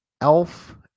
elf